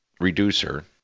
reducer